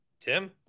Tim